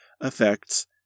affects